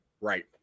Right